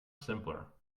simpler